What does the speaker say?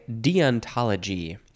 Deontology